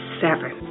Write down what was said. seven